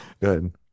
good